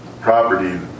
property